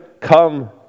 come